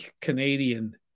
Canadian